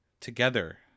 together